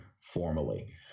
formally